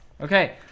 Okay